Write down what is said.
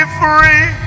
free